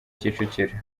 kicukiro